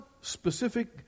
specific